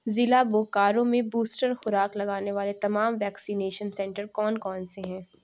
ضلع بوکارو میں بوسٹر خوراک لگانے والے تمام ویکسینیشن سینٹر کون کون سے ہیں